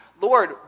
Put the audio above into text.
Lord